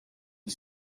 you